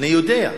אני יודע.